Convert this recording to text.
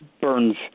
burns